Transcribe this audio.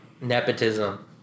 nepotism